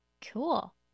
cool